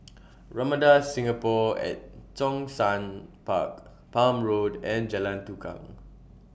Ramada Singapore At Zhongshan Park Palm Road and Jalan Tukang